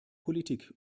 politik